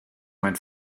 mein